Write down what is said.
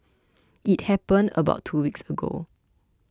it happened about two weeks ago